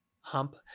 hump